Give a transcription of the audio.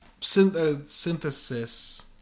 Synthesis